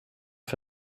för